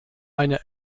eine